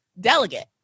delegate